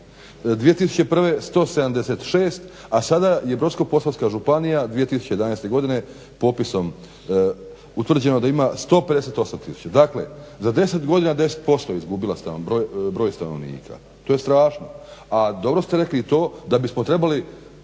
2001. 176, a sada je Brodsko-posavska županije 2011. godine popisom utvrđeno da ima 158000. Dakle, za 10 godina 10% je izgubila broj stanovnika. To je strašno. A dobro ste rekli i to da bismo trebali,